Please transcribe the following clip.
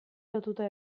lotuta